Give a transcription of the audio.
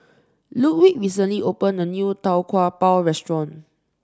Ludwig recently opened a new Tau Kwa Pau restaurant